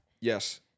Yes